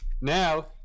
Now